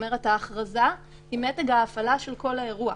כלומר ההכרזה היא מתג ההפעלה של כל האירוע.